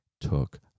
took